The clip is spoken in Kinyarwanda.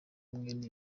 mwene